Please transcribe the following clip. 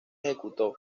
ejecutó